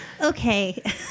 Okay